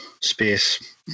space